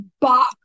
bop